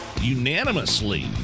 unanimously